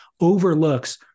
overlooks